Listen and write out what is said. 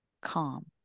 calm